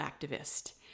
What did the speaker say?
activist